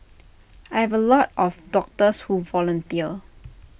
I have A lot of doctors who volunteer